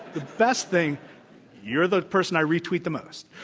the best thing you're the person i retweet the most.